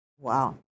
Wow